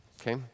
Okay